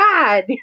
God